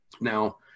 Now